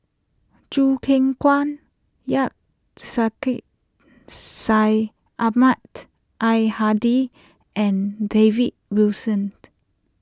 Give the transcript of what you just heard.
Choo Keng Kwang Syed Sheikh Syed Ahmad Al Hadi and David Wilson